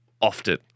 often